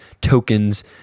tokens